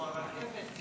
כמו הרכבת,